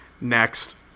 Next